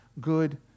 good